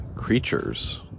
creatures